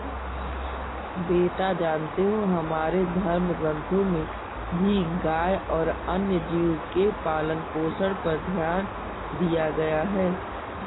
बेटा जानते हो हमारे धर्म ग्रंथों में भी गाय और अन्य जीव के पालन पोषण पर ध्यान दिया गया है